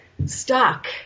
Stuck